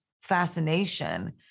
fascination